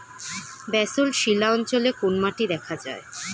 Basalt শিলা অঞ্চলে কোন মাটি দেখা যায়?